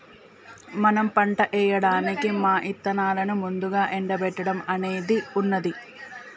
మనం పంట ఏయడానికి మా ఇత్తనాలను ముందుగా ఎండబెట్టడం అనేది ఉన్నది